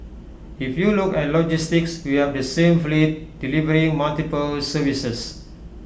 if you look at logistics we have the same fleet delivering multiple services